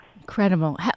Incredible